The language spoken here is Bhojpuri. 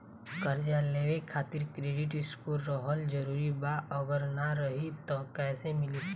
कर्जा लेवे खातिर क्रेडिट स्कोर रहल जरूरी बा अगर ना रही त कैसे मिली?